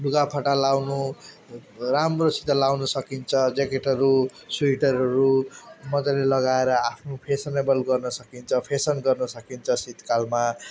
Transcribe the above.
लुगा फाटा लगाउनु राम्रोसित लगाउनु सकिन्छ ज्याकेटहरू स्वेटरहरू मजाले लगाएर आफ्नो फेसनेबल गर्न सकिन्छ फेसन गर्न सकिन्छ शीत कालमा